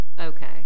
Okay